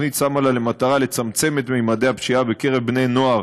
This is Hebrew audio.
התוכנית שמה לה למטרה לצמצם את ממדי הפשיעה בקרב בני-נוער